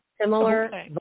similar